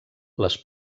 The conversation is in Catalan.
les